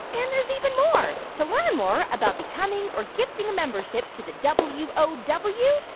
and there's even more. to learn more about becoming or gifting a membership to the w o w,